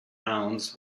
rounds